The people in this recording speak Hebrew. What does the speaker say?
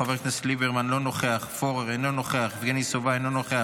חברת הכנסת מתי צרפתי הרכבי,